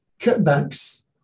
cutbacks